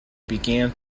began